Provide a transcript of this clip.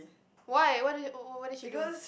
why what did what did she do